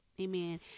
amen